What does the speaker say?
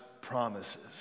promises